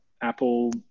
Apple